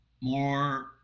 more